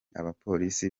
abapolisi